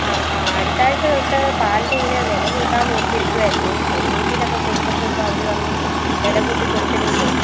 ആ ആ അടുത്ത ആഴ്ച തൊട്ട് പാലിനിങ്ങനെ വില കൂട്ടാമെന്നോർത്തിരിക്കുവായിരുന്നേ സൊസൈറ്റിയിലൊക്കെ കൊടുക്കുമ്പോൾ ഇപ്പോൾ അവർ പറഞ്ഞു വില കൂട്ടിക്കൊടുത്തില്ലെങ്കിലേ